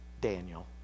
Daniel